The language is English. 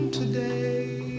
today